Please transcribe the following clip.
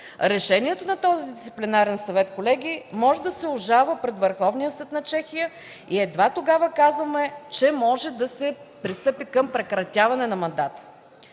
решението на този дисциплинарен съвет може да се обжалва пред Върховния съд на Чехия. Едва тогава може да се пристъпи към прекратяване на мандата.